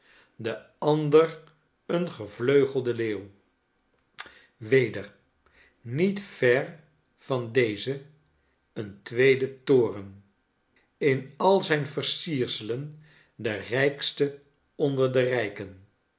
de ander een gevleugelden leeuw weder niet ver van deze een tweede toren in al zyn versierselen de rijkste onder de rijken